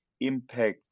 impact